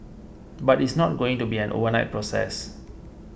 but it's not going to be an overnight process